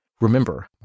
Remember